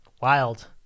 wild